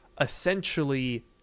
essentially